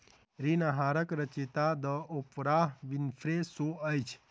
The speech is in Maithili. ऋण आहारक रचयिता द ओपराह विनफ्रे शो अछि